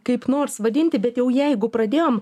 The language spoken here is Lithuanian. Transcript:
kaip nors vadinti bet jau jeigu pradėjom